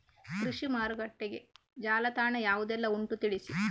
ಕೃಷಿ ಮಾರುಕಟ್ಟೆಗೆ ಜಾಲತಾಣ ಯಾವುದೆಲ್ಲ ಉಂಟು ತಿಳಿಸಿ